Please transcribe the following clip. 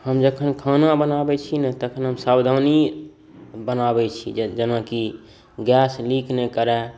हम जखन खाना बनाबै छी ने तखन हम सावधानी बनाबै छी जेनाकि गैस लीक नहि करय